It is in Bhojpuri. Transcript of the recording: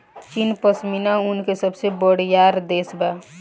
चीन पश्मीना ऊन के सबसे बड़ियार देश बा